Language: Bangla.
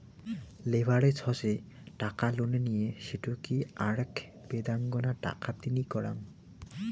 লেভারেজ হসে টাকা লোনে নিয়ে সেটোকে আরাক বেদাঙ্গনা টাকা তিনি করাঙ